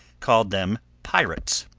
called them pirates,